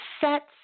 sets